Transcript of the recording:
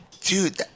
Dude